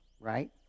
right